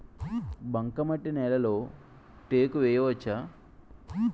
బంకమట్టి నేలలో టేకు వేయవచ్చా?